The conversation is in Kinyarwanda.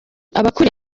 abakuriye